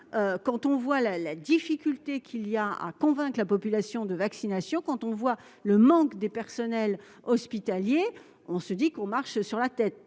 quand on voit la difficulté qu'il y a à convaincre la population de se faire vacciner et le manque de personnel hospitalier, on se dit que l'on marche sur la tête.